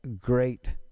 great